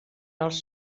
els